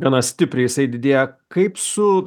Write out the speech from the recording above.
gana stipriai jisai didėja kaip su